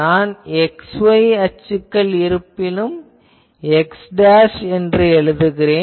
நான் x y அச்சுக்கள் இருப்பினும் x என்று எழுதுகிறேன்